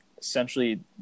essentially